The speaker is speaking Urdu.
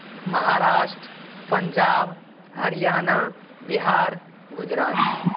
مہاراشٹر پنجاب ہریانہ بہار گجرات